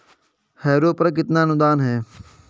Harrow पर कितना अनुदान है?